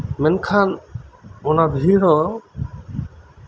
ᱢᱮᱱᱠᱷᱟᱱ ᱚᱱᱟ ᱵᱷᱤᱲ ᱦᱚᱸ